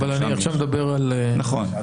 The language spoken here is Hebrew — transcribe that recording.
אבל אני עכשיו מדבר על ה --- נכון,